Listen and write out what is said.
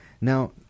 Now